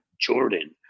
Jordan